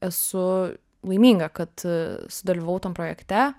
esu laiminga kad sudalyvavau tam projekte